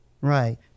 Right